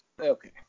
Okay